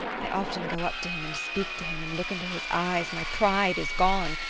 i often go up to him and speak to him and look into his eyes. my pride is gone.